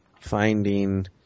finding